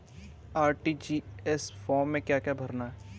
RTGS form में क्या क्या भरना है?